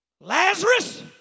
Lazarus